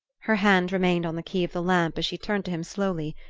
her hand remained on the key of the lamp as she turned to him slowly.